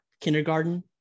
kindergarten